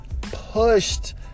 pushed